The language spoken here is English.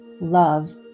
love